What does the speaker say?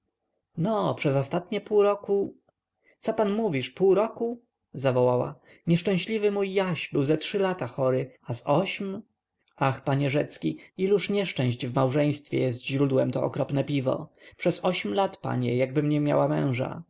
no przez ostatnie pół roku co pan mówisz pół roku zawołała nieszczęśliwy mój jaś był ze trzy lata chory a z ośm ach panie rzecki iluż nieszczęść w małżeństwie jest źródłem to okropne piwo przez ośm lat panie jakbym nie miała męża